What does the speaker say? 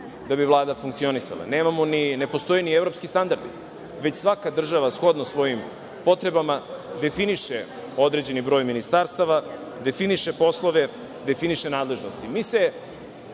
da bi Vlada funkcionisala. Nemamo, ne postoje ni evropski standardi, već svaka država shodno svojim potrebama definiše određeni broj ministarstava, definiše poslove, definiše nadležnosti. Mi